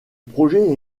projet